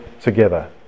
together